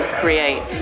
create